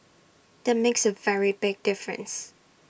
that makes A very big difference